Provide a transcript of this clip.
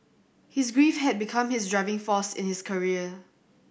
his grief had become his driving force in his career